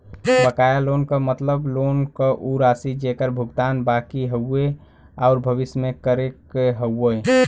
बकाया लोन क मतलब लोन क उ राशि जेकर भुगतान बाकि हउवे आउर भविष्य में करे क हउवे